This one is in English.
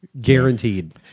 Guaranteed